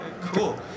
Cool